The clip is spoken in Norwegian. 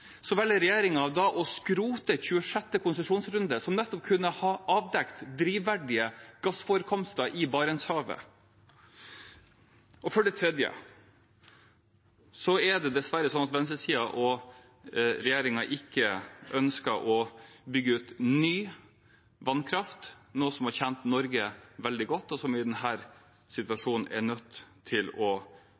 velger regjeringen å skrote 26. konsesjonsrunde, som nettopp kunne ha avdekket drivverdige gassforekomster i Barentshavet. For det tredje: Det er dessverre sånn at venstresiden og regjeringen ikke ønsker å bygge ut ny vannkraft, noe som hadde tjent Norge veldig godt, og som vi i denne situasjonen er nødt til å